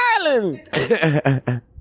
Island